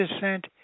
descent